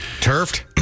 Turfed